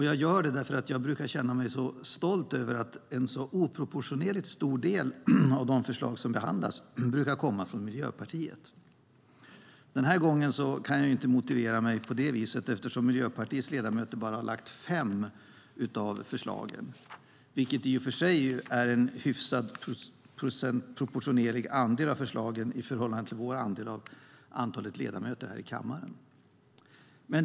Jag gör det därför att jag brukar känna mig stolt över att en oproportionerligt stor del av de förslag som behandlas brukar komma från Miljöpartiet. Men den här gången kan jag inte motivera mig på det viset, eftersom Miljöpartiets ledamöter har lagt fram bara fem av förslagen, vilket i och för sig är en hyfsat proportionerlig andel av förslagen i förhållande till vår andel av antalet ledamöter här i kammaren.